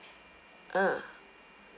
ah